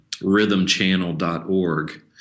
rhythmchannel.org